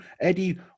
Eddie